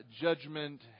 judgment